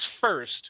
First